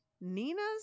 Nina's